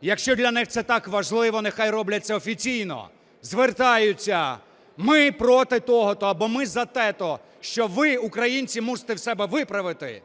Якщо для них це так важливо, нехай роблять це офіційно, звертаються: ми проти того-то або ми за те-то, що ви, українці, мусите в себе виправити.